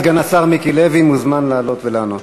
סגן השר מיקי לוי מוזמן לעלות ולענות.